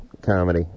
comedy